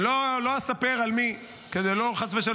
לא אספר על מי, כדי לא לפגוע,